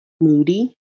moody